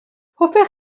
hoffech